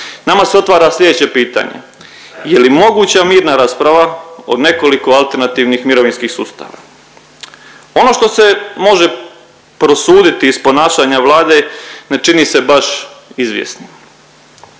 nama se otvara slijedeće pitanje. Je li moguća mirna rasprava o nekoliko alternativnih mirovinskih sustava? Ono što se može prosuditi iz ponašanja Vlade ne čini se baš izvjesnim.